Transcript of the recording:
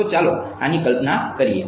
તો ચાલો આની કલ્પના કરીએ